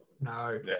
No